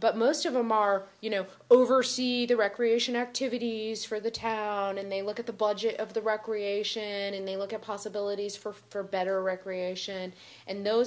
but most of them are you know overseas recreation activities for the town and they look at the budget of the recreation and they look at possibilities for fair bet or recreation and those